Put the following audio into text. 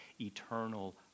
eternal